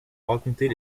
raconter